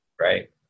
Right